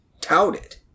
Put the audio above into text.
touted